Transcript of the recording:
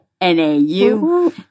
NAU